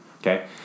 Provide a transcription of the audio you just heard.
Okay